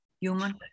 human